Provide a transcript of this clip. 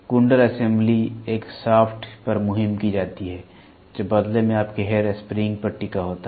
कुंडल असेंबली एक शाफ्ट पर मुहिम की जाती है जो बदले में आपके हेयर स्प्रिंग पर टिका होता है